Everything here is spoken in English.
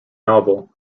novel